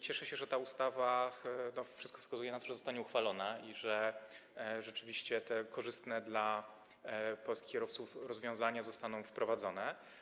Cieszę się, że ta ustawa - wszystko na to wskazuje - zostanie uchwalona i że rzeczywiście te korzystne dla polskich kierowców rozwiązania zostaną wprowadzone.